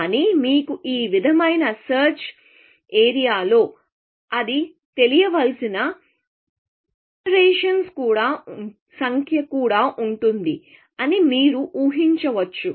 కానీ మీకు ఈ విధమైన సెర్చ్ ఏరియా లో అది చేయవలసిన ఎటిరేషన్స్ సంఖ్యకూడా ఉంటుంది అని మీరు ఊహించవచ్చు